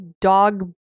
dog